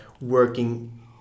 working